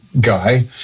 guy